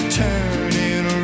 turning